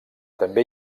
també